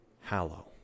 hallow